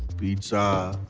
pizza,